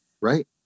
Right